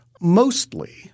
mostly